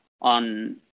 on